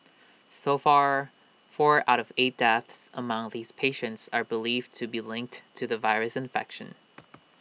so far four out of eight deaths among these patients are believed to be linked to the virus infection